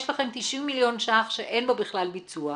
יש לכם 90 מיליון שקלים שאין בו בכלל ביצוע.